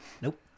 Nope